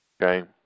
Okay